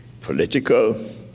political